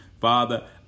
Father